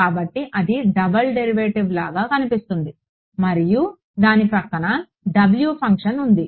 కాబట్టి అది double derivative లాగా కనిపిస్తుంది మరియు దాని ప్రక్కన W ఫంక్షన్ ఉంది